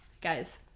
guys